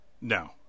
no